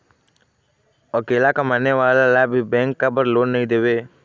अकेला कमाने वाला ला भी बैंक काबर लोन नहीं देवे?